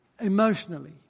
emotionally